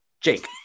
Jake